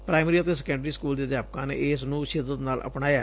primary ਅਤੇ secondary school ਦੇ ਅਧਿਆਪਕਾਂ ਨੇ ਇਸ ਨੂੰ ਸ਼ਿੱਦਤ ਨਾਲ ਅਪਣਾਇਐ